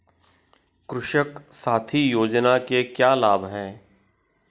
कृषक साथी योजना के क्या लाभ हैं?